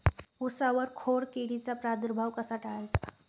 उसावर खोडकिडीचा प्रादुर्भाव कसा टाळायचा?